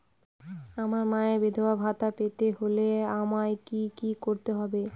আমার মায়ের বিধবা ভাতা পেতে হলে আমায় কি কি করতে হবে?